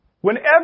whenever